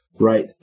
Right